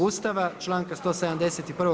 Ustava, članka 171.